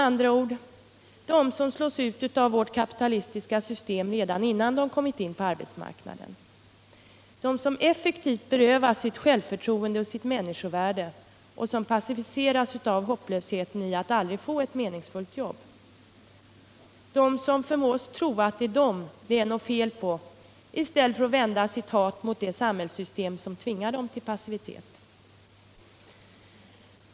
Kort sagt: de som slås ut av vårt kapitalistiska system redan innan de kommit in på arbetsmarknaden, de som effektivt berövas sitt självförtroende och sitt människovärde, som passiviseras av hopplösheten i att aldrig få ett meningsfullt jobb, de som förmås tro att det är dem det är fel på i stället för att vända sitt hat mot det samhällssystem som tvingar dem till passivitet.